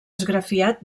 esgrafiat